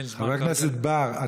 חבר הכנסת בר,